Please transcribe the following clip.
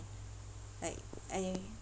like !aiyo!